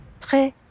très